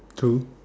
two